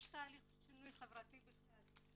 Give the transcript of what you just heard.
יש תהליך של שינוי חברתי בכלל.